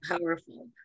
powerful